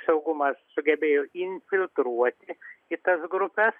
saugumas sugebėjo infiltruoti į tas grupes